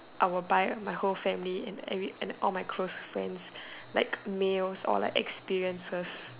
I will buy my whole family and every and all my close friends like meals or like experiences